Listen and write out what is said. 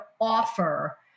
offer